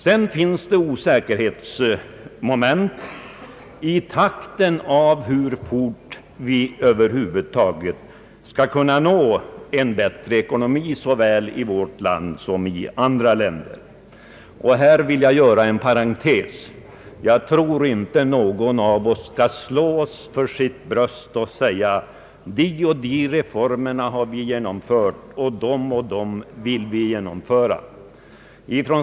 Sedan finns det osäkerhetsmoment beträffande den takt med vilken vi över huvud taget skall kunna nå en bättre ekonomi såväl i vårt land som i andra länder. Här vill jag göra en parentes. Jag tror inte att någon av oss skall slå sig för sitt bröst och säga: De och de reformerna har vi genomfört, och de och de vill vi genomföra.